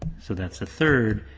so that's a third,